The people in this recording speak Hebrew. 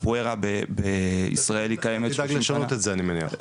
הקפוארה בישראל היא --- אתה תדאג לשנות את זה אני מניח.